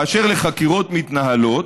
באשר לחקירות מתנהלות,